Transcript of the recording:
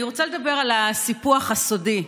אני רוצה לדבר על הסיפוח הסודי,